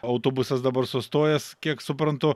autobusas dabar sustojęs kiek suprantu